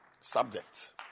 subject